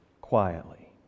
quietly